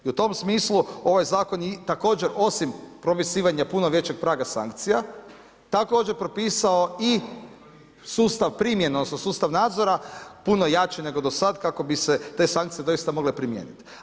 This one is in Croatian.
I u tom smislu ovaj zakon je također osim propisivanja puno većeg praga sankcija također propisao i sustav primjene odnosno sustav nadzora puno jače nego do sada kako bi se te sankcije doista mogle primijeniti.